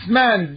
man